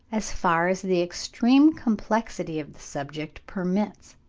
as far as the extreme complexity of the subject permits,